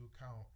account